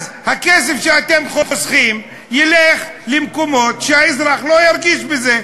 אז הכסף שאתם חוסכים ילך למקומות שהאזרח לא ירגיש בזה,